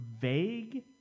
vague